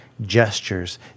gestures